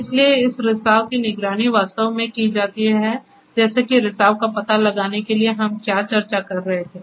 इसलिए इस रिसाव की निगरानी वास्तव में की जाती है जैसे कि रिसाव का पता लगाने के लिए हम क्या चर्चा कर रहे थे